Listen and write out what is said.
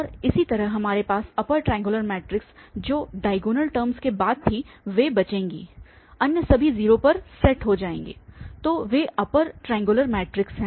और इसी तरह हमारे पास अपर ट्राइऐंग्युलर मैट्रिक्स जो डायगोनल टर्मस के बाद थी वे बचेंगी अन्य सभी 0 पर सेट हो जाएंगे तो वे अपर ट्राइऐंग्युलर मैट्रिक्स है